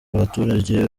abaturage